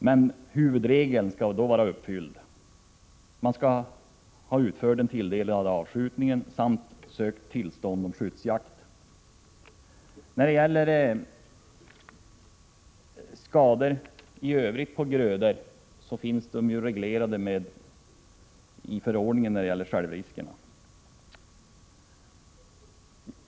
Men då skall huvudregeln vara uppfylld, nämligen att skogsägarna skall ha utfört den tilldelade avskjutningen samt ha sökt tillstånd om skyddsjakt. Skador i övrigt på grödor finns reglerade i förordningen om självrisker.